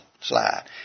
slide